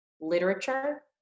literature